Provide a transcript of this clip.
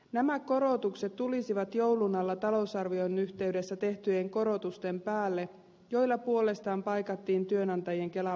nämä korotukset tulisivat joulun alla talousarvion yhteydessä tehtyjen korotusten päälle joilla puolestaan paikattiin työnantajien kelamaksun poistoa